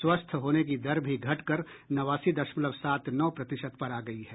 स्वस्थ होने की दर भी घटकर नवासी दशमलव सात नौ प्रतिशत पर आ गई है